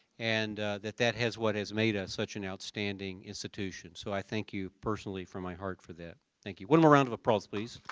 and that that has what has made us such an outstanding institution. so i thank you personally from my heart for that. thank you. one more round of applause, please.